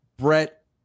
Brett